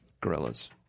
gorillas